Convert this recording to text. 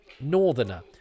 northerner